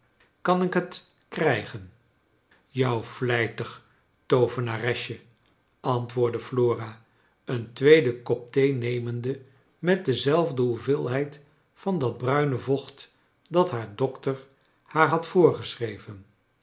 kan ik het krijgen jou vlijtig toovenaresje antwoordde elora een tweeden kop thee nemende met dezelfde hoeveelheid van dat bruine vocht dat haar dokter haar had voorgeschreven